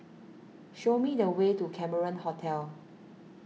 show me the way to Cameron Hotel